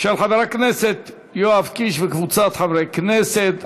של חבר הכנסת יואב קיש וקבוצת חברי כנסת.